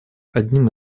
одним